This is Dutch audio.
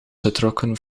getrokken